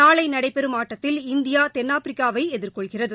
நாளைநடைபெறும் ஆட்டத்தில் இந்தியா தென்னாப்பிரிக்காஅணியைஎதிர்கொள்கிறது